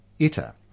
Ita